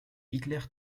hitler